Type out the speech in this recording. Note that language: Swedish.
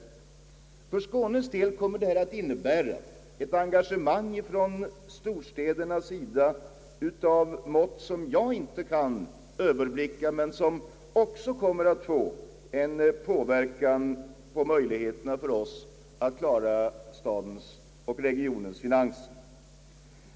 För Skånes del kommer detta att innebära ett engagemang från storstädernas sida av stora mått som jag inte kan överblicka men som också kommer att inverka på våra möjligheter att klara stadens och regionens finanser.